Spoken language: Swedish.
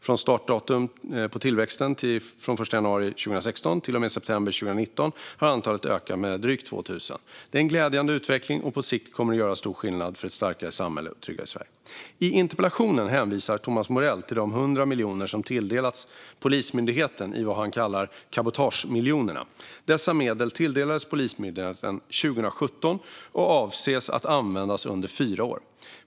Från startdatumet på tillväxten den 1 januari 2016 till och med september 2019 har antalet ökat med drygt 2 000. Det är en glädjande utveckling, och på sikt kommer detta att göra stor skillnad för ett starkare samhälle och ett tryggare Sverige. I interpellationen hänvisar Thomas Morell till de 100 miljoner som tilldelats Polismyndigheten i vad han kallar cabotagemiljonerna. Dessa medel tilldelades Polismyndigheten 2017 och avses att användas under fyra år.